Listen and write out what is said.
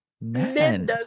Men